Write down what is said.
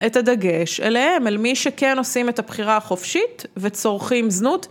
את הדגש אליהם, אל מי שכן עושים את הבחירה החופשית וצורכים זנות